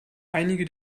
einige